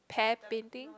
pear painting